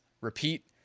repeat